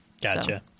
Gotcha